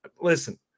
Listen